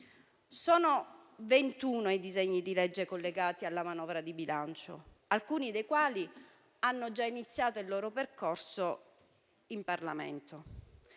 ventuno i disegni di legge collegati alla manovra di bilancio, alcuni dei quali hanno già iniziato il loro percorso in Parlamento: